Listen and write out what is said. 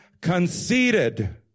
conceited